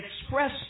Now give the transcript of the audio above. express